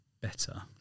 better